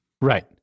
Right